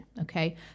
okay